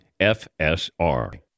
FSR